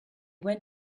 went